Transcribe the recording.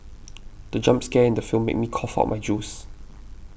the jump scare in the film made me cough out my juice